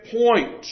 point